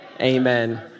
Amen